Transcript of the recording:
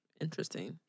Interesting